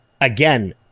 Again